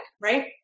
right